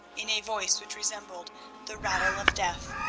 in a voice which resembled the rattle of death,